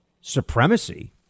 supremacy